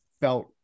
felt